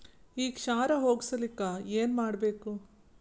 ಈ ಕ್ಷಾರ ಹೋಗಸಲಿಕ್ಕ ಏನ ಮಾಡಬೇಕು?